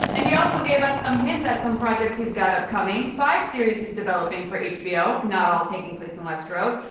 and he also gave us some hints at some projects he's got upcoming five series he's developing for hbo, not all taking place in westeros,